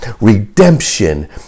redemption